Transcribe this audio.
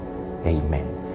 Amen